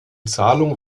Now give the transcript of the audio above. zahlung